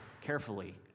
carefully